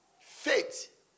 Faith